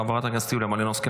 חברת הכנסת יוליה מלינובסקי,